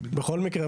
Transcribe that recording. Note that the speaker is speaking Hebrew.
בכל מקרה,